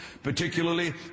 Particularly